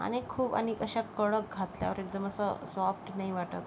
आणि खूप आणि अशा कडक घातल्यावर एकदम असं सॉफ्ट नाही वाटत